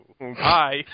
Hi